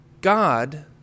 God